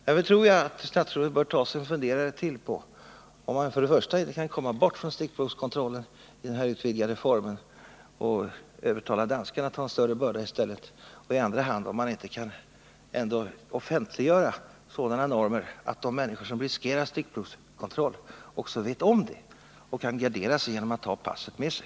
Jag tror därför att statsrådet bör ta sig en funderare till på i första hand om man inte kan komma ifrån stickprovskontrollen i den här utvidgade formen och övertala danskarna att ta en större börda i stället och i andra hand på om man inte kan offentliggöra sådana normer att de människor som riskerar stickprovskontroll vet om det och kan gardera sig genom att ta passet med sig.